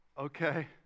Okay